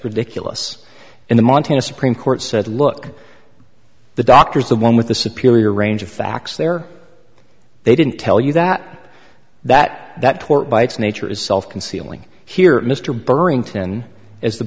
ridiculous and the montana supreme court said look the doctor's the one with the superior range of facts there are they didn't tell you that that that tort by its nature is self concealing here mr burr inten is the